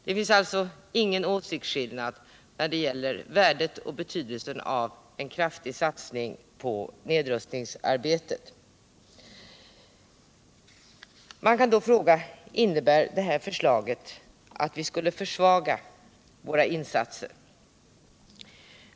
Det finns alltså ingen åsiktsskillnad vad gäller värdet och betydelsen av en kraftig satsning på nedrustningsarbetet. Innebär då det här förslaget att vi försvagar våra insatser?